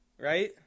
Right